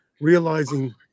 realizing